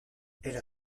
elle